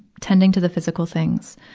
tending to the physical things.